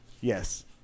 yes